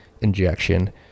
injection